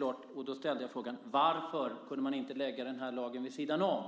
Jag ställde frågan: Varför kunde man inte lägga den här lagen vid sidan om?